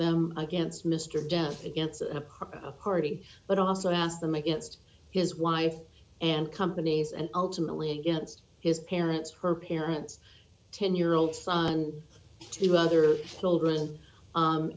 them against mr jeffs against a party but also asked them against his wife and companies and ultimately against his parents her parents ten year old son two other children